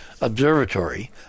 Observatory